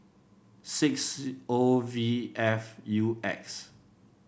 six O V F U X